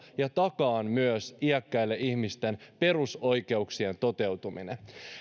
ja takaamaan myös iäkkäiden ihmisten perusoikeuksien toteutuminen